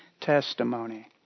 testimony